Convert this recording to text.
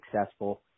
successful